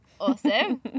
Awesome